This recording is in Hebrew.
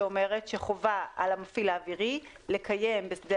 שאומרת שחובה על המפעיל האווירי לקיים בשדה